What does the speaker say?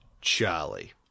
Charlie